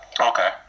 Okay